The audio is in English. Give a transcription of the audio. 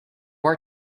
are